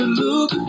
look